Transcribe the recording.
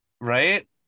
Right